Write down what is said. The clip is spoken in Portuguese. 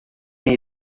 têm